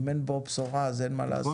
אם אין בו בשורה, אז אין מה לעשות.